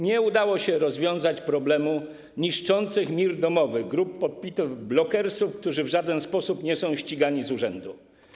Nie udało się rozwiązać problemu niszczących mir domowy grup podpitych blokersów, którzy w żaden sposób nie są ścigani z urzędu.